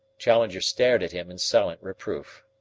challenger stared at him in silent reproof.